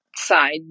side